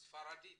וספרדית